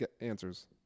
answers